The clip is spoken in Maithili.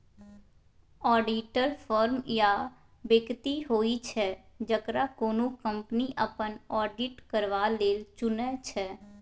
आडिटर फर्म या बेकती होइ छै जकरा कोनो कंपनी अपन आडिट करबा लेल चुनै छै